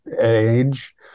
age